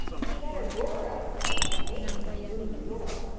he let a roar out of him, and made for the room door,